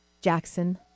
Jackson